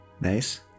Nice